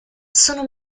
sono